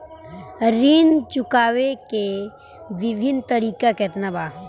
ऋण चुकावे के विभिन्न तरीका केतना बा?